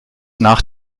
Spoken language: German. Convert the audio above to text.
nach